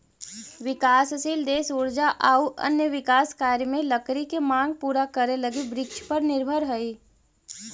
विकासशील देश ऊर्जा आउ अन्य विकास कार्य में लकड़ी के माँग पूरा करे लगी वृक्षपर निर्भर हइ